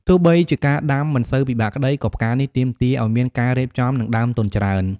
ទោះបីជាការដាំមិនសូវពិបាកក្ដី ក៏ផ្កានេះទាមទារឱ្យមានការរៀបចំ និងដើមទុនច្រើន។